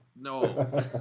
no